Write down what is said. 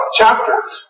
chapters